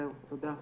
תודה.